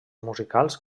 musicals